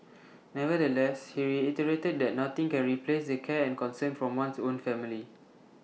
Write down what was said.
nevertheless he reiterated that nothing can replace the care and concern from one's own family